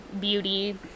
beauty